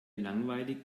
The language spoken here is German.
langweilig